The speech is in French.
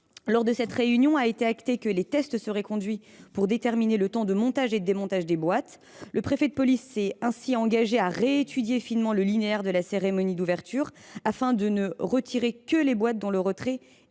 Lors de cette réunion a été acté le fait que des tests seraient conduits pour déterminer le temps de montage et de démontage des boîtes. Le préfet de police s’est engagé à réétudier finement le linéaire de la cérémonie d’ouverture afin de ne retirer que les boîtes dont le retrait